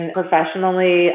professionally